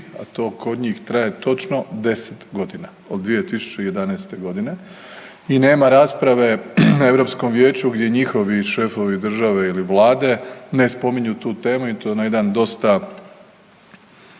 a to kod njih traje točno 10.g., od 2011.g. i nema rasprave na Europskom vijeću gdje njihovi šefovi države ili vlade ne spominju tu temu i to na jedan dosta